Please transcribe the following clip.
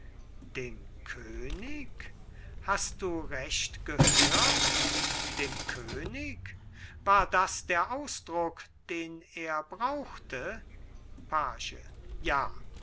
dem könig hast du recht gehört dem könig war das der ausdruck den er brauchte page ja